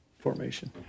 formation